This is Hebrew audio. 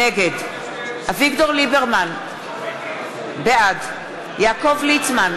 נגד אביגדור ליברמן, בעד יעקב ליצמן,